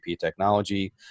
technology